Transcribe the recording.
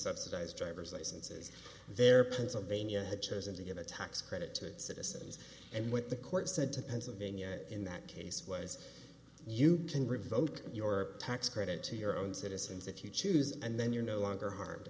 subsidize drivers licenses their pennsylvania had chosen to get a tax credit to its citizens and what the court said to pennsylvania in that case was you can revoke your tax credit to your own citizens if you choose and then you're no longer harmed